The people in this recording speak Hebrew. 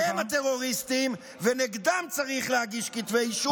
הם הטרוריסטים ונגדם צריך להגיש כתבי אישום,